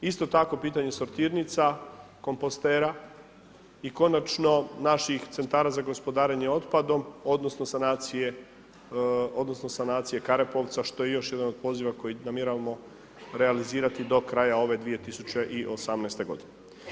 Isto tako pitanje sortirnica, kompostera i konačno naših centara za gospodarenje otpadom, odnosno sanacije Karepovca što je još jedan od poziva koji namjeravamo realizirati do kraja ove 2018. godine.